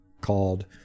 called